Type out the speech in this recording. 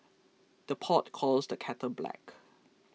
the pot calls the kettle black